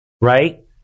Right